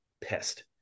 pissed